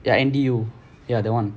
ya N_D_U ya that [one]